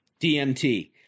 DMT